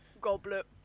goblet